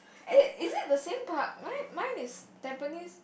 wait is it the park my my is tampines